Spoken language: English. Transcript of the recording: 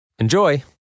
Enjoy